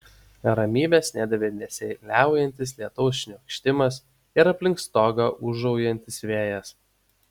ramybės nedavė nesiliaujantis lietaus šniokštimas ir aplink stogą ūžaujantis vėjas